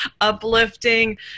uplifting